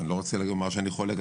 אני לא רוצה לומר שהוא חולק,